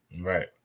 Right